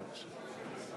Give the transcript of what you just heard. בבקשה.